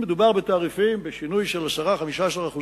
אם מדובר בשינוי בתעריפים של 10% 15%,